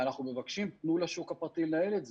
ואנחנו מבקשים, תנו לשוק הפרטי לנהל את זה.